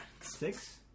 Six